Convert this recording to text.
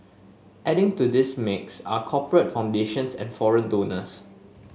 adding to this mix are corporate foundations and foreign donors